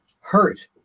hurt